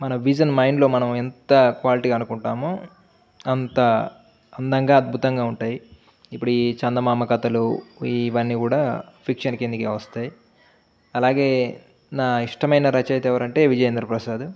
మన విజన్ మైండ్లో మనం ఎంత క్వాలిటీ అనుకుంటామో అంత అందంగా అద్భుతంగా ఉంటాయి ఇప్పుడు చందమామకథలు ఇవన్నీ కూడా ఫిక్షన్ కిందికి వస్తాయి అలాగే నా ఇష్టమైన రచయిత ఎవరు అంటే విజయేంద్ర ప్రసాద్